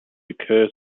occurs